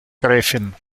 gräfin